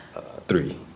three